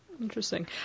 Interesting